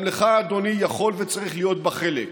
גם לך, אדוני, יכול וצריך להיות בה חלק,